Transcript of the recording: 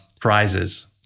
prizes